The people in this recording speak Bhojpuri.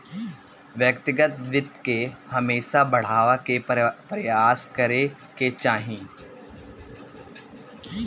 व्यक्तिगत वित्त के हमेशा बढ़ावे के प्रयास करे के चाही